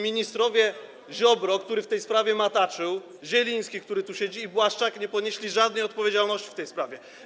Ministrowie: Ziobro, który w tej sprawie mataczył, Zieliński, który tu siedzi, i Błaszczak nie ponieśli żadnej odpowiedzialności w tej sprawie.